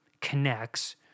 connects